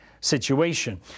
situation